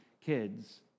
kids